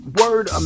word